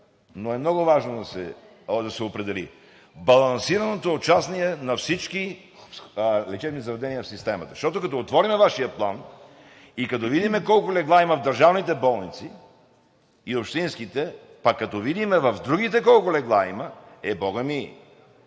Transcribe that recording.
но е много важно да се определи, балансираното участие на всички лечебни заведения в системата. Защото като отворим Вашия план, и като видим колко легла има в държавните и общинските болници, пък като видим в другите колко легла има, е, бога ми,